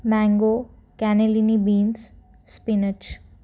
mango cannellini beans spinach